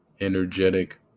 energetic